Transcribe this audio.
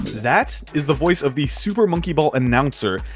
that is the voice of the super monkey ball and announcer,